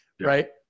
right